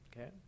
okay